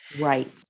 Right